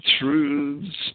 truths